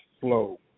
flow